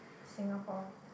Singapore